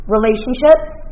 Relationships